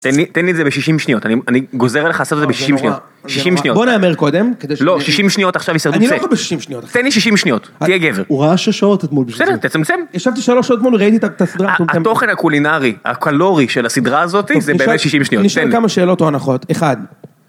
תן לי את זה ב60 שניות, אני גוזר עליך לעשות את זה ב60 שניות. בוא נאמר קודם. לא, 60 שניות עכשיו יישרדו את זה. אני לא יכול ב60 שניות. תן לי 60 שניות, תהיה גבר. הוא ראה שש שעות אתמול בשביל זה. בסדר, תצמצם. ישבתי 3 שעות אתמול וראיתי את הסדרה. התוכן הקולינרי, הקלורי של הסדרה הזאת, זה באמת 60 שניות. אני שואל כמה שאלות או הנחות. אחד.